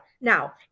now